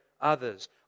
others